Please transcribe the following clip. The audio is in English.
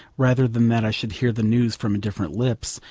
rather than that i should hear the news from indifferent lips,